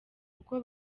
kuko